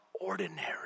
ordinary